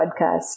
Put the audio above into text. podcast